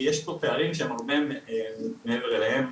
כי יש פה פערים שהם הרבה מעבר אליהם.